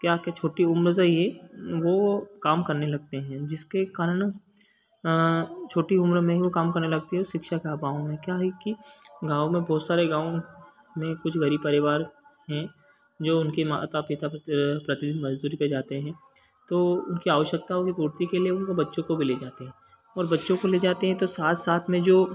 क्या है कि छोटी उम्र से ही वह काम करने लगते हैं जिसके कारण छोटी उम्र में ही वह काम करने लगते हैं वह शिक्षा के अभाव में क्या है कि गाँव में बहुत सारे गाँव में कुछ गरीब परिवार हैं जो उनकी माता पिता प्रतिदिन मजदूरी पर जाते हैं तो उनकी आवश्कताओं की पूर्ति के लिए उनके बच्चों को भी ले जाते हैं और बच्चों को ले जाते हैं तो साथ साथ में जो